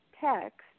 text